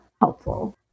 helpful